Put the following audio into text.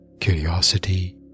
curiosity